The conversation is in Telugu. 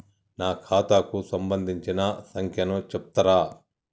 నా ఖాతా కు సంబంధించిన సంఖ్య ను చెప్తరా?